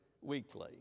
weekly